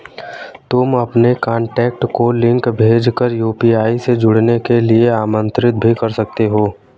तुम अपने कॉन्टैक्ट को लिंक भेज कर यू.पी.आई से जुड़ने के लिए आमंत्रित भी कर सकते हो